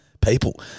People